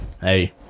hey